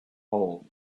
hole